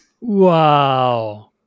Wow